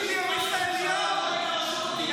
מורשת זה היסטוריה, חברים.